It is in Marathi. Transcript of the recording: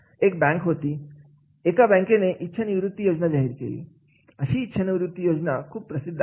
एक बँक होती या बँकेने इच्छा निवृत्ती योजना जाहीर केली अशी इच्छा निवृत्ती योजना खूप प्रसिद्ध आहे